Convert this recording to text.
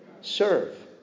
Serve